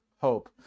hope